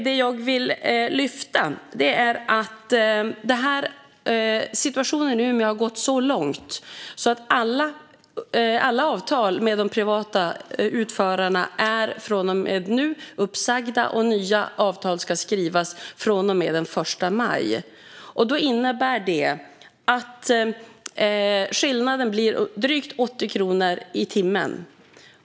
Det jag vill lyfta fram är att situationen i Umeå har gått så långt att alla avtal med de privata utförarna från och med nu är uppsagda, och nya avtal ska skrivas från och med den 1 maj. Det innebär att skillnaden blir drygt 80 kronor i timmen.